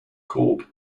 called